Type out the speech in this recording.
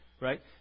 right